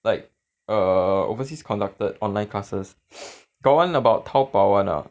like err overseas conducted online classes got one about 淘宝 [one] lah